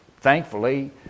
Thankfully